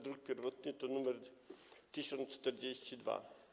Druk pierwotny to druk nr 1042.